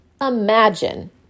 imagine